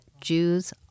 Jews